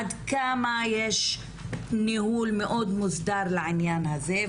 עד כמה יש ניהול מוסדר לעניין הזה.